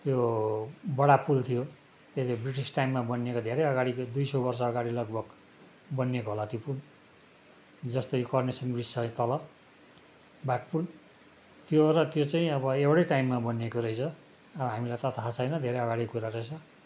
त्यो बडा पुल थियो त्यो चाहिँ ब्रिटिस टाइममा बनिएको धेरै अगाडिको दुई सौ वर्ष अगाडि लगभग बनिएको होला त्यो पुल जस्तै कोरोनेसन ब्रिज छ है तल बाघपुल त्यो र त्यो चाहिँ अब एउटै टाइममा बनिएको रहेछ अब हामीलाई त थाह छैन धेरै अगाडिको कुरा रहेछ